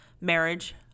Marriage